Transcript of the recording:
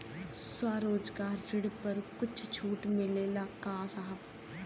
स्वरोजगार ऋण पर कुछ छूट मिलेला का साहब?